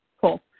cool